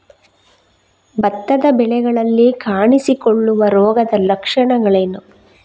ಭತ್ತದ ಬೆಳೆಗಳಲ್ಲಿ ಕಾಣಿಸಿಕೊಳ್ಳುವ ರೋಗದ ಲಕ್ಷಣಗಳೇನು?